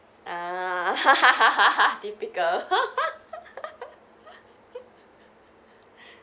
ah typical